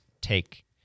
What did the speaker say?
take